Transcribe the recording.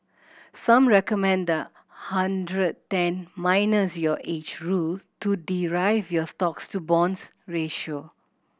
some recommend the ' hundred ten minus your age' rule to derive your stocks to bonds ratio